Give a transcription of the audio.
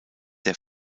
der